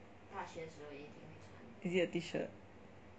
is it a t-shirt